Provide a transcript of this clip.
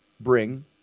bring